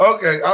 Okay